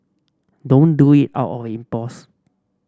don't do it out of impulse